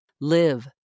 live